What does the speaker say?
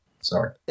Sorry